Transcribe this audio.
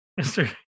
Mr